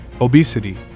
obesity